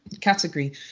category